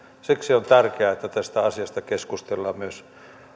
siksi on tärkeää että tästä asiasta keskustellaan myös